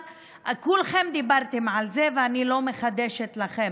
כולכם דיברתם על זה, ואני לא מחדשת לכם,